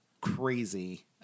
crazy